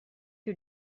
que